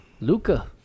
Luca